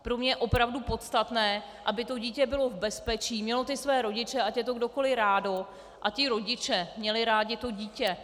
Pro mě je opravdu podstatné, aby dítě bylo v bezpečí, mělo své rodiče, ať je to kdokoliv, rádo a ti rodiče měli rádi to dítě.